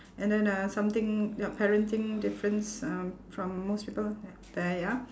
and then uh something yup parenting difference um from most people there ya